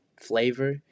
flavor